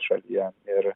šalyje ir